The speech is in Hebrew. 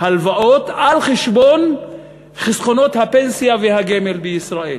הלוואות על חשבון חסכונות הפנסיה והגמל בישראל.